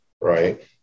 right